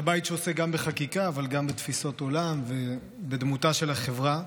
זה בית שעוסק גם בחקיקה אבל גם בתפיסות עולם ובדמותה של החברה.